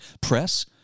press